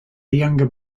younger